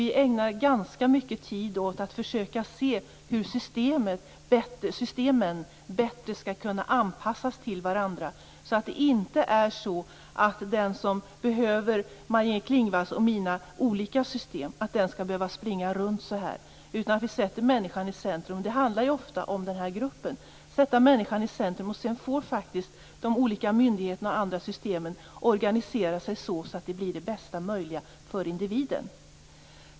Vi ägnar ganska mycket tid åt att se hur systemen bättre skall kunna anpassas till varandra, så att det inte är så att den som behöver Maj-Inger Klingvalls och mina olika system skall behöva springa runt mellan dem. Vi sätter människan i centrum, och det handlar då ofta om den gruppen. Myndigheterna och de andra systemen får då organisera sig så att det blir det bästa möjliga för individen.